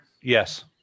Yes